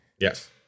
Yes